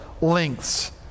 lengths